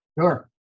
Sure